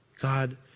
God